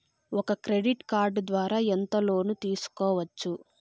ఒక credit card ద్వారా ఎంత లోను తీసుకోవచ్చు?